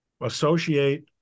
associate